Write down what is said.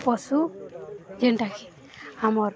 ପଶୁ ଯେଉଁଟାକି ଆମର